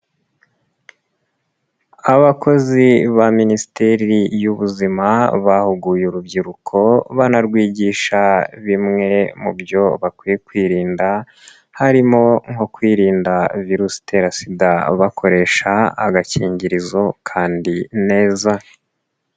Abakozi ba Minisiteri y'ubuzima bahuguye urubyiruko, banarwigisha bimwe mu byo bakwiye kwirinda, harimo nko kwirinda virusi itera SIDA bakoresha agakingirizo kandi neza.